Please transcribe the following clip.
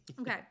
Okay